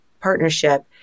partnership